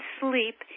sleep